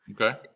Okay